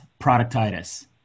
productitis